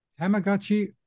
Tamagotchi